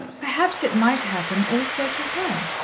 perhaps it might happen also to her.